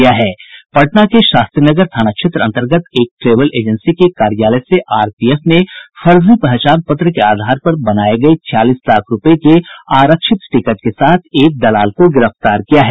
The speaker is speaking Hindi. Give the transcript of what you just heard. पटना के शास्त्रीनगर थाना क्षेत्र अन्तर्गत एक ट्रेवल एजेंसी के कार्यालय से आरपीएफ ने फर्जी पहचान पत्र के आधार पर बनाये गये छियालीस लाख रूपये के आरक्षित टिकट के साथ एक दलाल को गिरफ्तार किया है